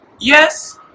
yes